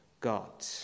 god